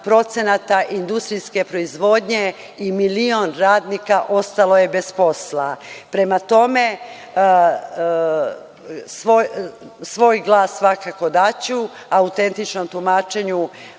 98% industrijske proizvodnje i milion radnika ostalo je bez posla. Prema tome svoj glas svakako daću autentičnom tumačenju